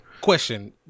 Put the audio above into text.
Question